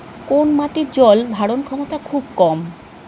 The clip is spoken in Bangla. কোন মাটির জল ধারণ ক্ষমতা খুব কম?